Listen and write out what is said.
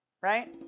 Right